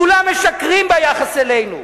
כולם משקרים ביחס אלינו.